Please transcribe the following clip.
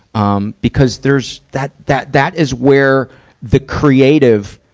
um because there's, that, that, that is where the creative,